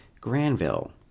Granville